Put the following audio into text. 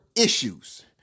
Issues